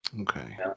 okay